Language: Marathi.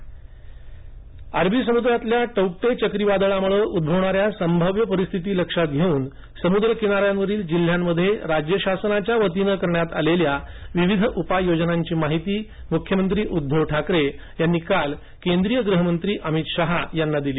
वादळ बैठक अरबी समुद्रातील तोक्ते चक्रीवादळामुळे उद्भवणारी संभाव्य परिस्थिती लक्षात घेऊन समुद्र किनाऱ्यांवरील जिल्ह्यांमध्ये राज्य शासनातर्फे करण्यात आलेल्या विविध उपाय योजनांची माहिती मुख्यमंत्री उद्धव ठाकरे यांनी काल केंद्रीय गृहमंत्री अमित शहा यांना दिली